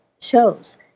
shows